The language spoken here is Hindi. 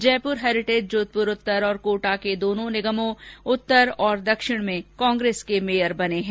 जयपुर हेरिटेज जोधपुर उत्तर और कोटा के दोनों निगमों उत्तर और दक्षिण में कांग्रेस के मेयर बने हैं